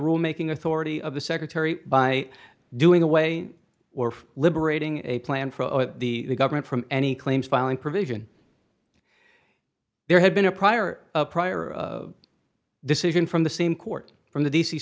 rule making authority of the secretary by doing away or liberating a plan for the government from any claims filing provision there had been a prior prior decision from the same court from the d